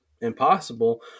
impossible